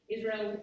Israel